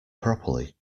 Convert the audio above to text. properly